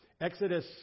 Exodus